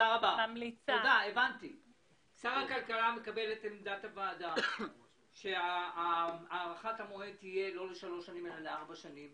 שר הכלכלה מקבל את עמדת הוועדה שהארכת המועד תהיה לארבע שנים,